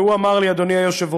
והוא אמר לי, אדוני היושב-ראש,